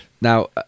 Now